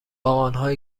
آنهایی